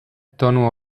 tonu